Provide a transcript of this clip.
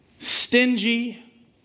stingy